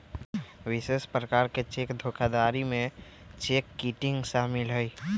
विशेष प्रकार के चेक धोखाधड़ी में चेक किटिंग शामिल हइ